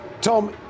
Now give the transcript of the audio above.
Tom